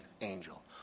angel